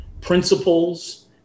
principles